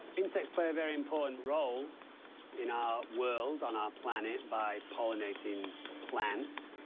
insects play a very important role in our world on our planet by pollinating plants.